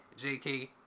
JK